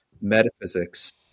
metaphysics